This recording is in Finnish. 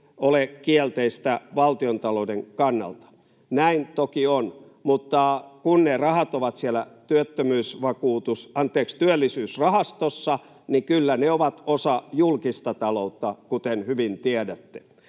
ole kielteistä valtionta-louden kannalta. Näin toki on, mutta kun ne rahat ovat siellä Työllisyysrahastossa, niin kyllä ne ovat osa julkista taloutta, kuten hyvin tiedätte.